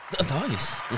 Nice